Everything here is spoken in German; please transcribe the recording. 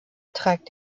trägt